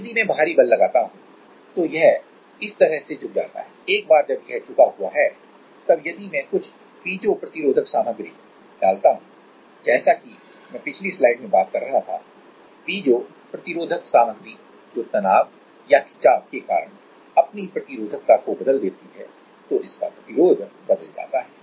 अब यदि मैं बाहरी बल लगाता हूं तो यह इस तरह से झुक जाता है एक बार जब यह झुका हुआ है तब यदि मैं कुछ पीजो प्रतिरोधक सामग्री डालता हूं जैसा कि मैं पिछली स्लाइड में बात कर रहा था पीजो प्रतिरोधक सामग्री जो तनाव या खिंचाव के कारण अपनी प्रतिरोधकता को बदल देती है तो इसका प्रतिरोध बदल जाता है